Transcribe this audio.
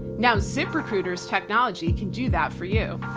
now, ziprecruiter's technology can do that for you.